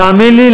תאמין לי,